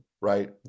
right